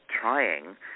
trying